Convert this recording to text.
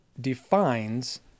defines